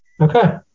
Okay